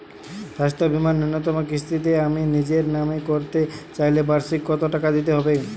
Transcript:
স্বাস্থ্য বীমার ন্যুনতম কিস্তিতে আমি নিজের নামে করতে চাইলে বার্ষিক কত টাকা দিতে হবে?